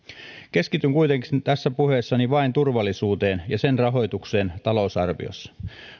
keskityn kuitenkin tässä puheessani vain turvallisuuteen ja sen rahoitukseen talousarviossa